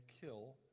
kill